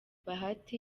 bahati